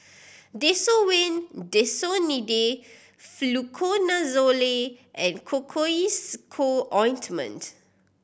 Desowen Desonide Fluconazole and Cocois Co Ointment